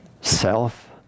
self